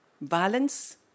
Violence